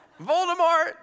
Voldemort